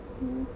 hmm